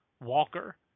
Walker